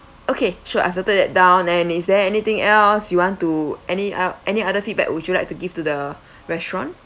okay sure I've noted that down and is there anything else you want to any uh any other feedback would you like to give to the restaurant